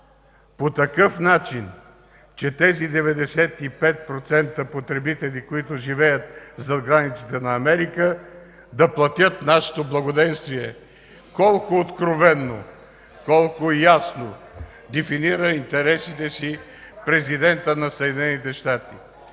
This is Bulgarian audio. по такъв начин, че тези 95% потребители, които живеят зад границите на Америка, да платят нашето благоденствие?!” Колко откровено, колко ясно дефинира интересите си президентът на Съединените щати.